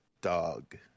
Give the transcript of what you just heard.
dog